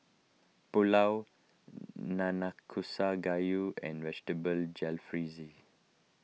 Pulao Nanakusa Gayu and Vegetable Jalfrezi